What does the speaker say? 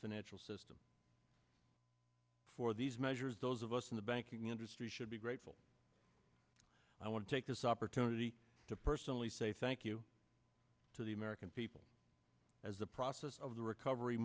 financial system for these measures those of us in the banking industry should be grateful i want to take this opportunity to personally say thank you to the american people as the process of the recovery